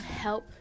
help